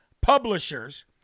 publishers